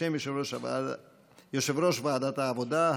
בשם יושב-ראש ועדת העבודה,